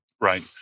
right